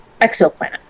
exoplanet